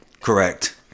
Correct